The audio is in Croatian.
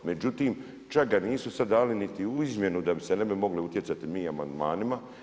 Međutim čak ga nisu sada dali niti u izmjenu da bi ne mogli utjecati mi amandmanima.